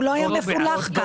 הוא לא היה מפולח כאן.